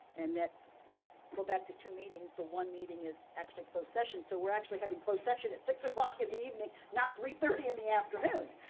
and that go back to two meetings, but one meeting is actually closed session so we're actually having closed session, at six zero in the evening, not three thirty in the afternoon,